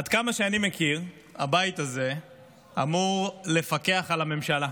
עד כמה שאני מכיר, הבית הזה אמור לפקח על הממשלה.